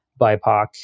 BIPOC